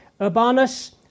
Urbanus